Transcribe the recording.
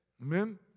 Amen